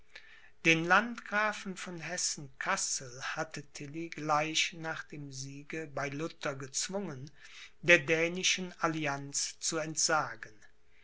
den landgrafen von hessen kassel hatte tilly gleich nach dem siege bei lutter gezwungen der dänischen allianz zu entsagen